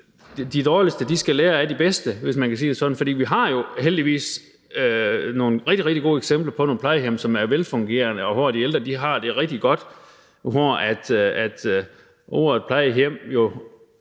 De dårligste skal lære af de bedste, hvis man kan sige det sådan. For vi har jo heldigvis nogle rigtig, rigtig gode eksempler på nogle plejehjem, som er velfungerende, og hvor de ældre har det rigtig godt, hvor ordet plejehjem